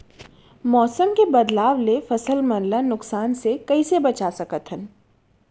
मौसम के बदलाव ले फसल मन ला नुकसान से कइसे बचा सकथन?